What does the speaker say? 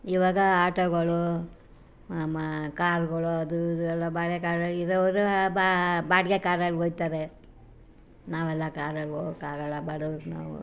ಇವಾಗ ಆಟೋಗಳು ಮಾ ಕಾರುಗಳು ಅದು ಇದು ಎಲ್ಲ ಬಾಡಿಗೆ ಕಾರ್ ಇರೋರು ಬಾಡಿಗೆ ಕಾರಲ್ಲಿ ಒಯ್ತಾರೆ ನಾವೆಲ್ಲ ಕಾರಲ್ಲಿ ಹೋಗೋಕ್ಕಾಗಲ್ಲ ಬಡವ್ರು ನಾವು